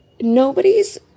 nobody's